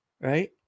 Right